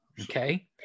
Okay